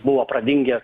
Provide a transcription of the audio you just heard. buvo pradingęs